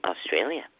Australia